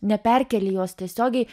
neperkeli jos tiesiogiai